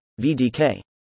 VDK